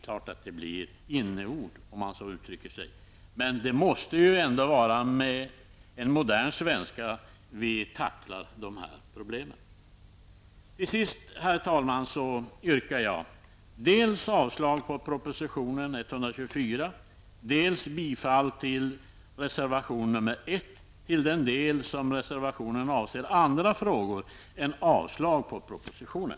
Och det är klart att man då kan tycka att det är fråga om inneord. Men vi måste väl ändå tackla sådana här problem på modern svenska. Till sist, herr talman, yrkar jag dels avslag på proposition 124, dels bifall till reservation 1 i de delar som avser andra frågor än yrkandet om avslag på propositionen.